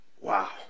Wow